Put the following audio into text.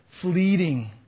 fleeting